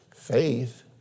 Faith